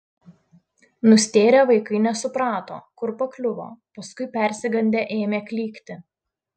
nustėrę vaikai nesuprato kur pakliuvo paskui persigandę ėmė klykti